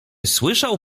słyszał